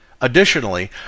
Additionally